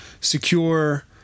secure